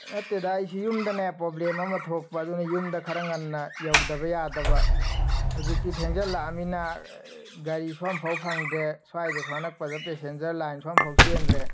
ꯅꯠꯇꯦꯗ ꯑꯩꯁꯨ ꯌꯨꯝꯗꯅꯦ ꯄ꯭ꯂꯣꯕ꯭ꯂꯦꯝ ꯑꯃ ꯊꯣꯛꯄ ꯑꯗꯨꯅ ꯌꯨꯝꯗ ꯈꯔ ꯉꯟꯅ ꯌꯧꯗꯕ ꯌꯥꯗꯕ ꯍꯧꯖꯤꯛꯇꯤ ꯊꯦꯡꯖꯤꯜꯂꯛꯑꯃꯅꯤꯅ ꯒꯥꯔꯤꯁꯨ ꯑꯃꯐꯥꯎ ꯐꯪꯗ꯭ꯔꯦ ꯁ꯭ꯋꯥꯏꯗꯁꯨ ꯑꯅꯛꯄꯗ ꯄꯦꯁꯦꯟꯖ꯭ꯔ ꯂꯥꯏꯟꯁꯨ ꯑꯃꯐꯥꯎ ꯆꯦꯟꯗ꯭ꯔꯦ